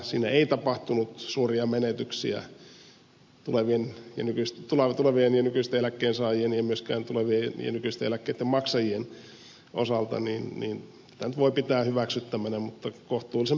siinä ei tapahtunut suuria menetyksiä tulevien ja nykyisten eläkkeensaajien eikä myöskään tulevien ja nykyisten eläkkeiden maksajien osalta niin että tätä nyt voi pitää hyväksyttävänä mutta kohtuullisen pitkin hampain